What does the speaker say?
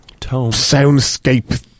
soundscape